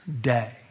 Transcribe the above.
day